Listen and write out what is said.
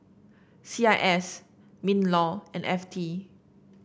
C I S Minlaw and F T